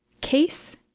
case